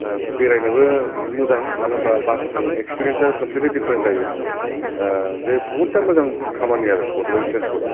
बेरायनोबो मोजां मानो होनबा बासजों एक्सपेरियेनसआ कमप्लिदलि दिप्रेन जायो दा बे बहुथा मोजां खामानि आरो बड'लेण्ड ट्रानसपर्टआ